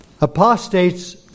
Apostates